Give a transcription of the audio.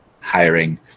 hiring